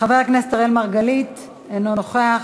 חבר הכנסת אראל מרגלית, אינו נוכח,